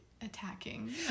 attacking